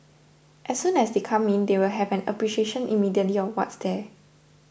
as soon as they come in they will have an appreciation immediately of what's there